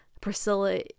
Priscilla